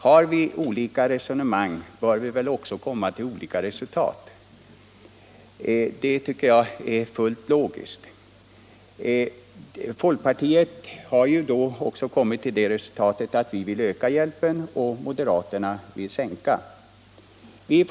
Har vi olika resonemang, bör vi väl komma till olika resultat. Det tycker jag är fullt logiskt. Vi i folkpartiet har kommit till det resultatet att vi vill öka hjälpen medan moderaterna vill minska den.